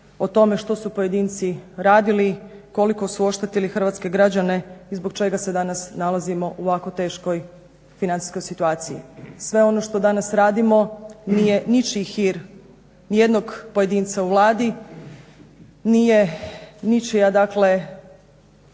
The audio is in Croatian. o tome što su pojedinci radili, koliko su oštetili hrvatske građane i zbog čega se danas nalazimo u ovako teškoj financijskoj situaciji. Sve ono što danas radimo nije ničiji hir ni jednog pojedinca u Vladi, nije ničija dakle